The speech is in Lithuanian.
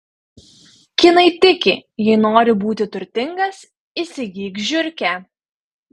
kinai tiki jei nori būti turtingas įsigyk žiurkę